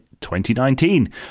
2019